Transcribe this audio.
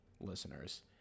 listeners